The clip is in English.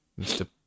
Mr